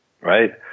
right